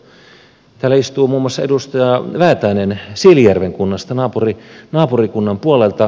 täällä istuu muun muassa edustaja väätäinen siilinjärven kunnasta naapurikunnan puolelta